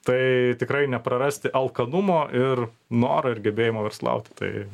tai tikrai neprarasti alkanumo ir noro ir gebėjimo verslauti tai